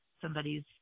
somebody's